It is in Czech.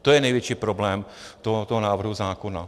To je největší problém tohoto návrhu zákona.